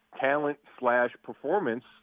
talent-slash-performance